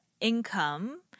income